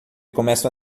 começam